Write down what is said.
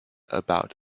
about